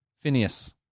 Phineas